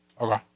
Okay